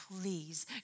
please